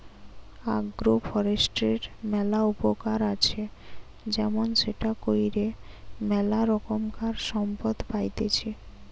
agro ফরেষ্ট্রীর ম্যালা উপকার আছে যেমন সেটা কইরে ম্যালা রোকমকার সম্পদ পাইতেছি